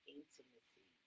intimacy